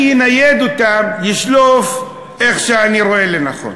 אני אנייד אותן, אשלוף איך שאני רואה לנכון.